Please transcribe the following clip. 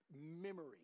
memory